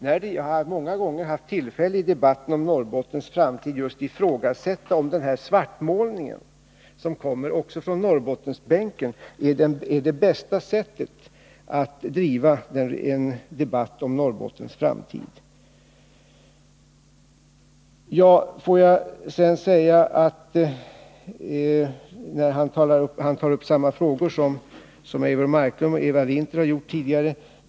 Jag har många gånger haft tillfälle att i debatten om Norrbottens framtid ifrågasätta om den svartmålning som görs också från Norrbottensbänken är det bästa sättet att driva en debatt om Norrbottens framtid. Vidare tog Karl-Erik Häll upp samma frågor som Eivor Marklund och Eva Winther tidigare tagit upp.